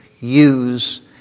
use